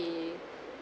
the